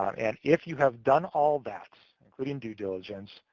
um and if you have done all that, including due diligence,